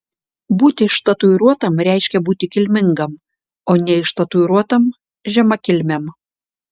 būti ištatuiruotam reiškia būti kilmingam o neištatuiruotam žemakilmiam